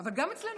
אבל גם אצלנו,